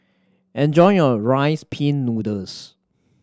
enjoy your Rice Pin Noodles